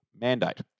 mandate